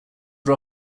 are